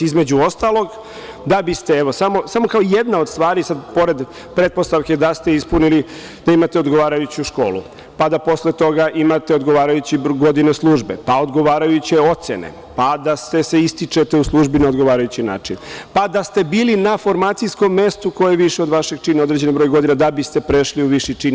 Između ostalog, da biste, evo samo kao jedna od stvari, pored pretpostavke da ste ispunili – da imate odgovarajuću školu, pa da posle toga imate odgovarajuće godine službe, pa odgovarajuće ocene, pa da se ističete u službi na odgovarajući način, pa da ste bili na formacijskom mestu koje je više od vašeg čina određeni broj godina da biste prešli u viši čin.